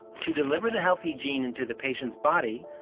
to deliver the healthy gene into the patient's body,